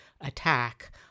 attack